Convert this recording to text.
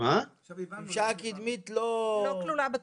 השמשה הקדמית לא כלולה.